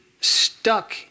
stuck